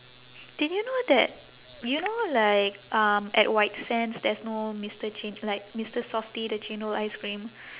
did you know that you know like um at white sands there's no mister ch~ like mister softee the chendol ice cream